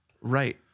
Right